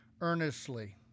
earnestly